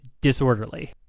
disorderly